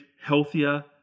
healthier